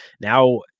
Now